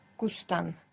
gustan